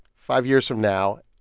five years from now.